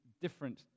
different